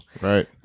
Right